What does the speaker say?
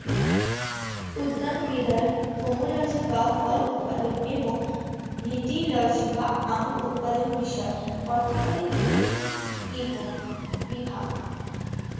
উদ্যানবিদ্যায় পোমোলজি বা ফল উৎপাদন এবং ভিটিলজি বা আঙুর উৎপাদন বিশেষ অর্থকরী দুটি বিভাগ